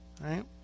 right